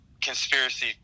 conspiracy